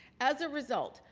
as a result,